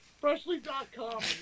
Freshly.com